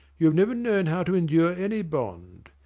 you have never known how to endure any bond.